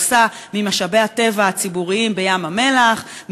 עושה ממשאבי הטבע הציבוריים בים-המלח,